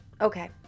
Okay